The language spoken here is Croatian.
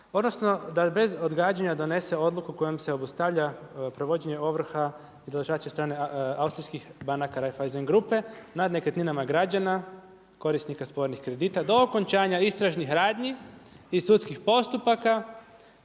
odnosno da bez odgađanja donese odluku kojom se obustavlja provođenje ovrha i deložacije od strane austrijskih banaka Raiffeisen grupe nad nekretninama građana, korisnik spornih kredita do okončanja istražnih radnji i sudskih postupaka